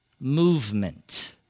Movement